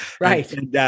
Right